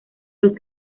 los